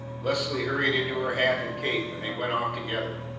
leslie hurried into her hat and cape, and they went off together,